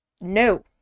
No